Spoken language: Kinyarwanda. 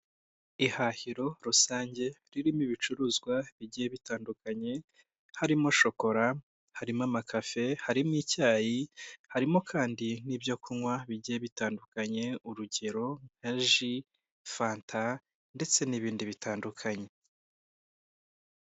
Ihahiro rusange ririmo ibicuruzwa bigiye bitandukanye, harimo shokora, harimo amakafe, harimo icyayi, harimo kandi n'ibyo kunywa bigiye bitandukanye, urugero: nka ji, fanta ndetse n'ibindi bitandukanye.